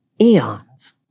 eons